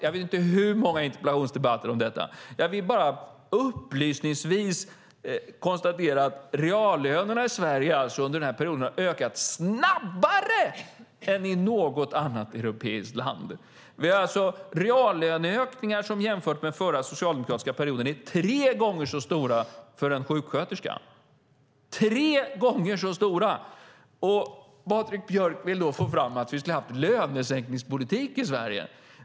Jag vet inte hur många interpellationsdebatter vi har haft om detta. Upplysningsvis vill jag konstatera att reallönerna i Sverige under denna perioden har ökat snabbare än i något annat europeiskt land. Vi har reallöneökningar som jämfört med den förra socialdemokratiska perioden är tre gånger så stora för en sjuksköterska. Tre gånger så stora! Patrik Björck vill få fram att vi skulle ha haft lönesänkningspolitik i Sverige.